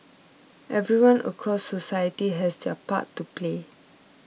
everyone across society has their part to play